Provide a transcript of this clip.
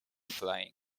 flying